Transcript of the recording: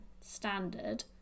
Standard